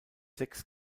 sechs